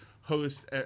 host